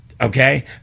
Okay